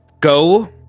go